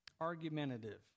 Argumentative